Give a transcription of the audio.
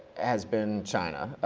has been china.